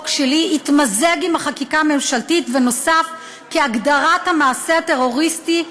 התמזג עם החקיקה הממשלתית ונוסף כהגדרת המעשה הטרוריסטי,